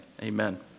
amen